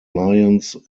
lions